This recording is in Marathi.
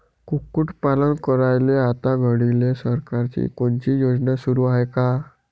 कुक्कुटपालन करायले आता घडीले सरकारची कोनची योजना सुरू हाये का?